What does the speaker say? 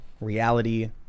reality